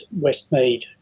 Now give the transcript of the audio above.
Westmead